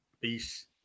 Peace